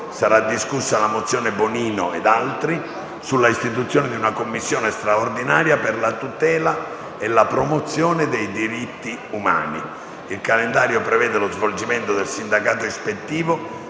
sarà discussa la mozione Bonino ed altri sull'istituzione di una Commissione straordinaria per la tutela e la promozione dei diritti umani. Il calendario prevede lo svolgimento del sindacato ispettivo